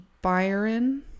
Byron